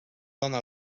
dóna